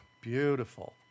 Beautiful